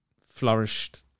flourished